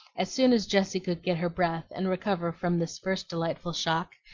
as soon as jessie could get her breath and recover from this first delightful shock,